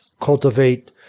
cultivate